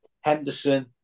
Henderson